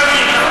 עשרות שנים.